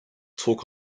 talk